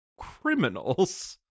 criminals